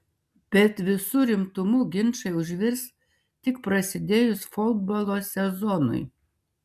bet visu rimtumu ginčai užvirs tik prasidėjus futbolo sezonui